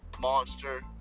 Monster